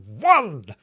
one